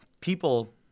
people